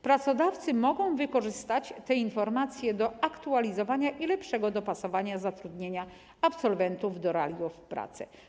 Pracodawcy mogą wykorzystać te informacje do aktualizowania i lepszego dopasowania zatrudnienia absolwentów do realiów rynku pracy.